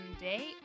day